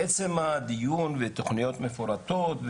בעצם הדיון ותוכניות מפורטות,